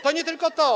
To nie tylko to.